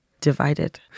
divided